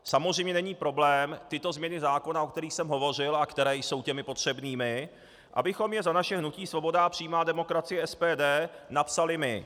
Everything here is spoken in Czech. Samozřejmě není problém tyto změny zákona, o kterých jsem hovořil a které jsou potřebnými, abychom je za naše hnutí Svoboda a přímá demokracie SPD napsali my.